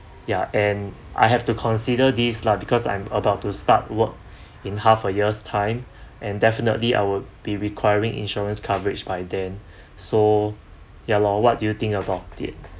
ya and I have to consider this lah because I'm about to start work in half a year's time and definitely I will be requiring insurance coverage by then so ya lor what do you think about it